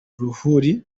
ruhuri